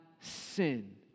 sin